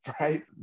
Right